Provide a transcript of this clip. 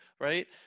right